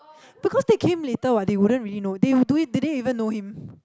because they came later what they wouldn't really know they would do it didn't even know him